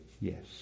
yes